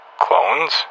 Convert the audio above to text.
clones